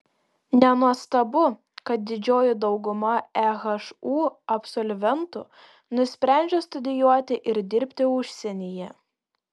nenuostabu kad didžioji dauguma ehu absolventų nusprendžia studijuoti ir dirbti užsienyje